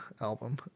album